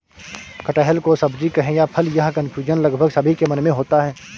कटहल को सब्जी कहें या फल, यह कन्फ्यूजन लगभग सभी के मन में होता है